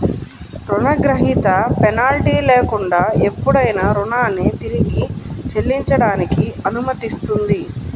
రుణగ్రహీత పెనాల్టీ లేకుండా ఎప్పుడైనా రుణాన్ని తిరిగి చెల్లించడానికి అనుమతిస్తుంది